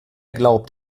glaubt